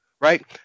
right